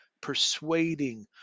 persuading